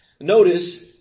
Notice